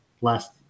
last